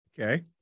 Okay